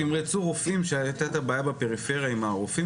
כשתמרצו רופאים כשהייתה בעיה בפריפריה עם הרופאים,